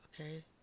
okay